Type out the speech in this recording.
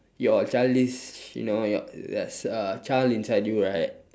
your childish you know your yes uh child inside you right